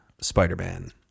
Spider-Man